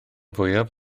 fwyaf